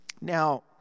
Now